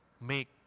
make